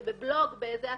ובבלוג באיזה אתר,